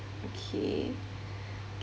okay